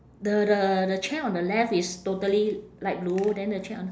the the the chair on the left is totally light blue then the chair on